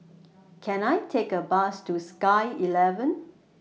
Can I Take A Bus to Sky eleven